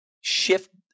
shift